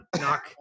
knock